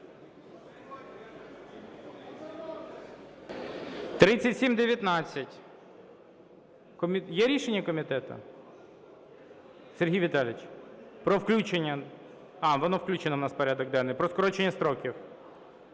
3719 є рішення комітету, Сергій Віталійович, про включення? А, воно включено у нас в порядок денний, про скорочення строків.